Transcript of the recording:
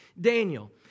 Daniel